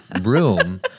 room